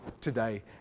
today